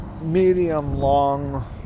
medium-long